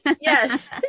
Yes